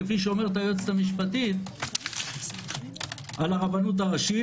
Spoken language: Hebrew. כפי שאומרת היועצת המשפטית על הרבנות הראשית,